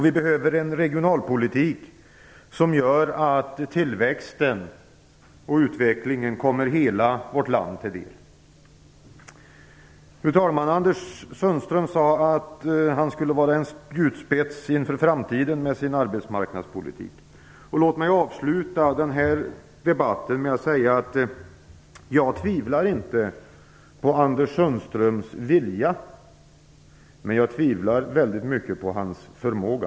Vi behöver en regionalpolitik som medför att tillväxten och utvecklingen kommer hela vårt land till del. Fru talman! Anders Sundström sade att hans arbetsmarknadspolitik skulle vara en spjutspets inför framtiden. Låt mig avsluta denna debatt med att säga att jag inte tvivlar på Anders Sundströms vilja. Men jag tvivlar väldigt mycket på hans förmåga.